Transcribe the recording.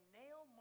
nail